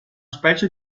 specie